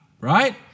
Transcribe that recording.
Right